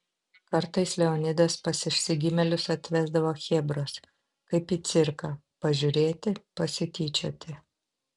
kartais leonidas pas išsigimėlius atvesdavo chebros kaip į cirką pažiūrėti pasityčioti